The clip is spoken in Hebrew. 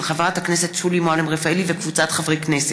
של חברת הכנסת שולי מועלם-רפאלי וקבוצת חברי הכנסת,